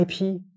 IP